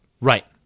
Right